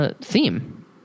Theme